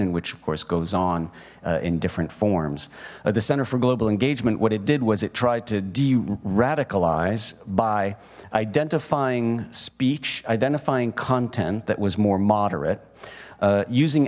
and which of course goes on in different forms at the center for global engagement what it did was it tried to deer attica lies by identifying speech identifying content that was more moderate using